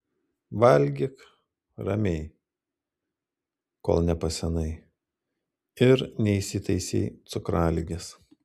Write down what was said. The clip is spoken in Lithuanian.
valgyk ramiai kol nepasenai ir neįsitaisei cukraligės